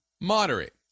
moderate